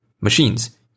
Machines